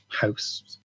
house